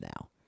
now